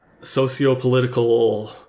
socio-political